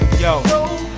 yo